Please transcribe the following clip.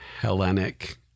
Hellenic